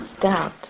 doubt